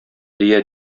дия